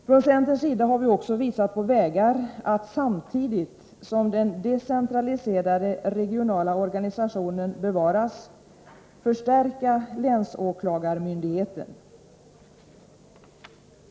Från centerns sida har vi också visat på vägar att samtidigt som den decentraliserade regionala organisationen bevaras förstärka länsåklagarmyndigheten.